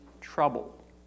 trouble